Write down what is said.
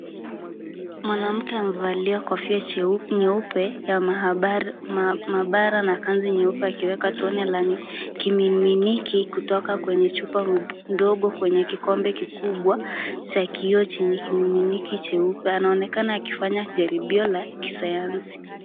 Mwanamke amevalia kofia nyeupe ya maabara na kanzu nyeupe akiweka tone la kimiminiki kutoka kwenye chupa ndogo kutoka kwenye kikombe kikubwa cha kioo chenye kimiminiki cheupe. Anaonekana akifanya jaribio la kisayansi.